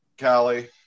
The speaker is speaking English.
Callie